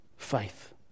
Faith